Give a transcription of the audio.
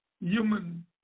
human